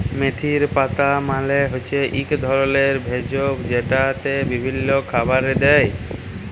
মেথির পাতা মালে হচ্যে এক ধরলের ভেষজ যেইটা বিভিল্য খাবারে দেয়